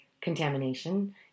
contamination